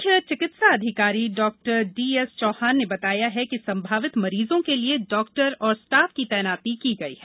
मुख्य चिकित्सा अधिकारी डॉक्टर डी एस चौहान ने बताया है कि संभावित मरीजों के लिए डाक्टर और स्टाफ की तैनाती की गई है